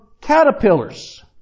caterpillars